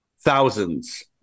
thousands